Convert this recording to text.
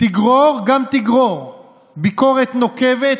תגרור גם תגרור ביקורת נוקבת